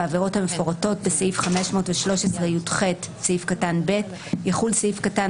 בעבירות המפורטות בסעיף 513יח(ב) יחול סעיף קטן